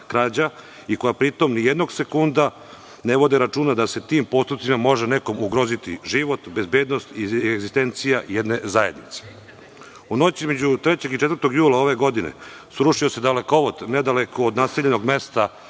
krađa i koja pri tom ni jednog sekunda ne vode računa da se tim postupcima može nekom ugroziti život, bezbednost i egzistencija jedne zajednice.U noći između 3. i 4. jula ove godine srušio se dalekovod nedaleko od naseljenog mesta